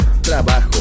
trabajo